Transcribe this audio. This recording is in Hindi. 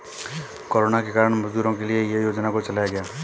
कोरोना के कारण मजदूरों के लिए ये योजना को चलाया गया